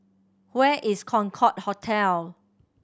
where is Concorde Hotel